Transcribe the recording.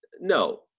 No